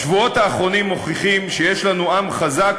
השבועות האחרונים מוכיחים שיש לנו עם חזק,